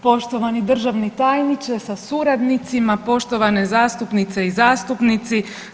Poštovani državni tajniče sa suradnicima, poštovane zastupnice i zastupnici.